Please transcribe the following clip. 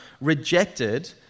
rejected